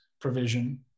provision